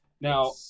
Now